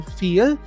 feel